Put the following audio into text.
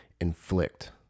inflict